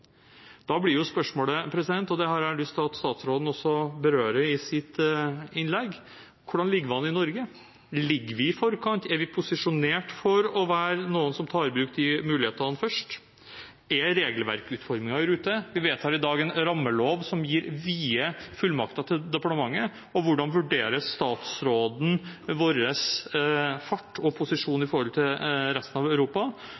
Da blir spørsmålet, og jeg har lyst til at statsråden også berører dette i sitt innlegg: Hvordan ligger vi an i Norge? Ligger vi i forkant? Er vi posisjonert for å være de som tar i bruk de mulighetene først? Er regelverkutformingen i rute? Vi vedtar i dag en rammelov som gir departementet vide fullmakter. Hvordan vurderer statsråden vår fart og posisjon i forhold til resten av Europa?